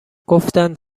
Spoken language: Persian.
گفتند